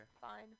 Fine